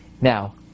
Now